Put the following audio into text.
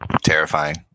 terrifying